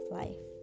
life